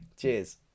Cheers